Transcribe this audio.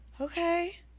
okay